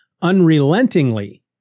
unrelentingly